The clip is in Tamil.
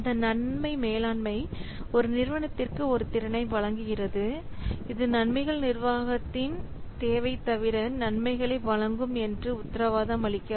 இந்த நன்மை மேலாண்மை ஒரு நிறுவனத்திற்கு ஒரு திறனை வழங்குகிறது இது நன்மைகள் நிர்வாகத்தின் தேவை தவிர நன்மைகளை வழங்கும் என்று உத்தரவாதம் அளிக்காது